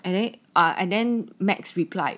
and they are and then max replied